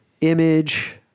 image